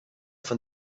fin